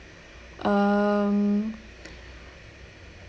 um